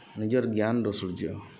ନିଜର୍ ଜ୍ଞାନ୍ର ସୂର୍ଯ୍ୟ